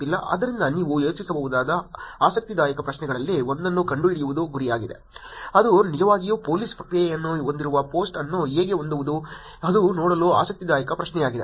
ಆದ್ದರಿಂದ ನೀವು ಯೋಚಿಸಬಹುದಾದ ಆಸಕ್ತಿದಾಯಕ ಪ್ರಶ್ನೆಗಳಲ್ಲಿ ಒಂದನ್ನು ಕಂಡುಹಿಡಿಯುವುದು ಗುರಿಯಾಗಿದೆ ಅದು ನಿಜವಾಗಿಯೂ ಪೋಲಿಸ್ ಪ್ರತಿಕ್ರಿಯೆಯನ್ನು ಹೊಂದಿರುವ ಪೋಸ್ಟ್ ಅನ್ನು ಹೇಗೆ ಹೊಂದುವುದು ಅದು ನೋಡಲು ಆಸಕ್ತಿದಾಯಕ ಪ್ರಶ್ನೆಯಾಗಿದೆ